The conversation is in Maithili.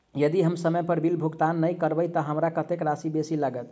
यदि हम समय पर बिल भुगतान नै करबै तऽ हमरा कत्तेक राशि बेसी लागत?